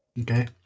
Okay